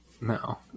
No